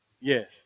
Yes